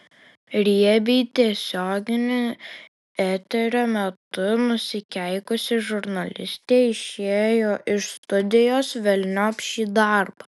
riebiai tiesioginio eterio metu nusikeikusi žurnalistė išėjo iš studijos velniop šį darbą